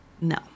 no